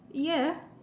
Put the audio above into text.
yeah